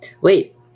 Wait